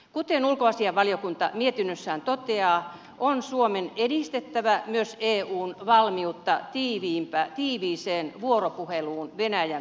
kuten ulkoasiainvaliokunta mietinnössään toteaa on suomen edistettävä myös eun valmiutta tiiviiseen vuoropuheluun venäjän kanssa